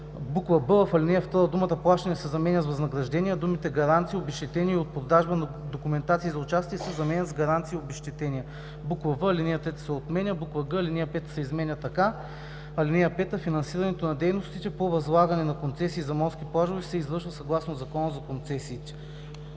б) в ал. 2 думата „плащания“ се заменя с „възнаграждения“, а думите „гаранции, обезщетения и от продажба на документации за участие“ се заменят с „гаранции и обезщетения“; в) алинея 3 се отменя; г) алинея 5 се изменя така: „(5) Финансирането на дейностите по възлагане на концесии за морски плажове се извършва съгласно Закона за концесиите.“